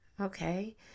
Okay